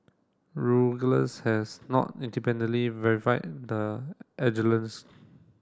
has not independently verified the